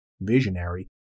visionary